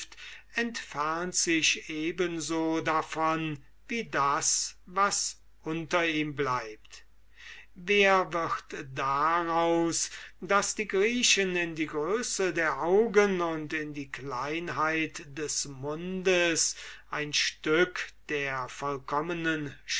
entfernt sich eben so davon wie das was unter ihm bleibt wer wird daraus daß die griechen in der größe der augen und in der kleinheit des mundes ein stück der vollkommenen